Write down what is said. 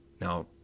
Now